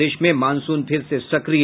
प्रदेश में मॉनसून फिर से सक्रिय